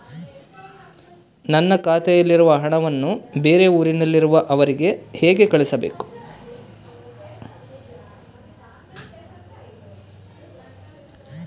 ನನ್ನ ಖಾತೆಯಲ್ಲಿರುವ ಹಣವನ್ನು ಬೇರೆ ಊರಿನಲ್ಲಿರುವ ಅವರಿಗೆ ಹೇಗೆ ಕಳಿಸಬೇಕು?